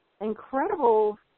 incredible